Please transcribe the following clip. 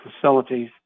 facilities